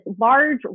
large